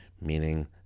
meaning